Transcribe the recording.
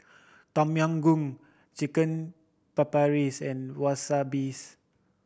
Tom Yam Goong Chicken Papris and Wasabis